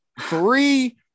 three